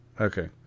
Okay